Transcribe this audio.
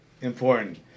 important